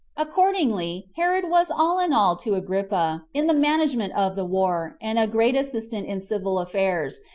accordingly, herod was all in all to agrippa, in the management of the war, and a great assistant in civil affairs,